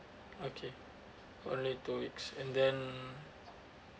okay only two weeks and then